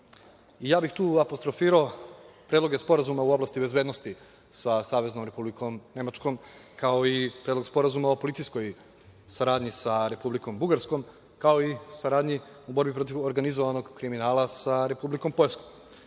Ja bih tu apostrofirao predloge sporazuma u oblasti bezbednosti sa Saveznom Republikom Nemačkom, kao i Predlog sporazuma o policijskoj saradnji sa Republikom Bugarskom, kao i saradnji u borbi protiv organizovanog kriminala sa Republikom Poljskom. Smatram